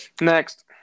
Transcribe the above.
Next